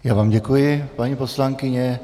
Já vám děkuji, paní poslankyně.